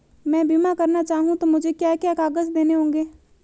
मैं बीमा करना चाहूं तो मुझे क्या क्या कागज़ देने होंगे?